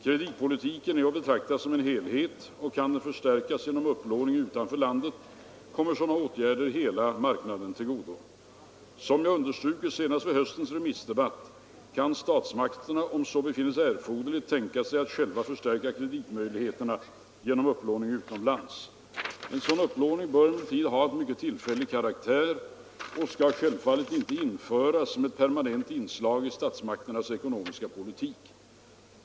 Kreditpolitiken är att betrakta som en helhet och kan den förstärkas genom upplåning utanför landet kommer sådana åtgärder hela kreditmarknaden till godo. Som jag understrukit senast vid höstens remissdebatt kan statsmakterna om så befinnes erforderligt tänka sig att själva förstärka kreditmöjligheterna genom upplåning utomlands. En sådan upplåning bör emellertid ha en mycket tillfällig karaktär och skall självfallet inte införas som ett permanent inslag i statsmakternas ekonomiska politik.